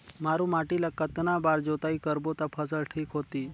मारू माटी ला कतना बार जुताई करबो ता फसल ठीक होती?